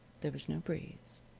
there was no breeze.